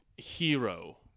hero